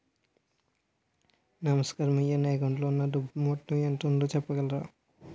నమస్కారం అయ్యా నా అకౌంట్ లో ఉన్నా డబ్బు మొత్తం ఎంత ఉందో చెప్పగలరా?